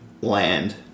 land